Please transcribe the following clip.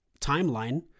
timeline